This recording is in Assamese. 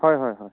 হয় হয় হয়